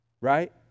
Right